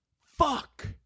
Fuck